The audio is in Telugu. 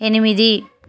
ఎనిమిది